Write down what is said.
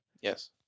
Yes